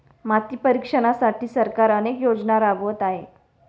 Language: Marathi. माती परीक्षणासाठी सरकार अनेक योजना राबवत आहे